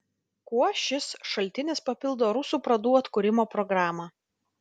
kuo šis šaltinis papildo rusų pradų atkūrimo programą